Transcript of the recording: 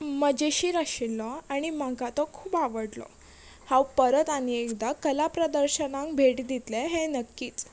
मजेशीर आशिल्लो आनी म्हाका तो खूब आवडलो हांव परत आनी एकदां कला प्रदर्शनांक भेट दितलें हें नक्कीच